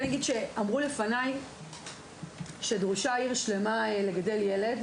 אמרו לפניי שדרושה עיר שלמה לגדל ילד,